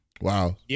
Wow